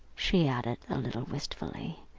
she added, a little wistfully,